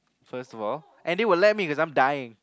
first of all and they will let me because I'm dying